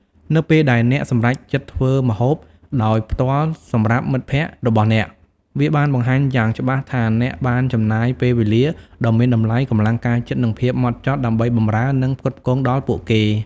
នៅពេលដែលអ្នកសម្រេចចិត្តធ្វើម្ហូបដោយផ្ទាល់សម្រាប់មិត្តភក្តិរបស់អ្នក វាបានបង្ហាញយ៉ាងច្បាស់ថាអ្នកបានចំណាយពេលវេលាដ៏មានតម្លៃ កម្លាំងកាយចិត្ត និងភាពហ្មត់ចត់ដើម្បីបម្រើនិងផ្គត់ផ្គង់ដល់ពួកគេ។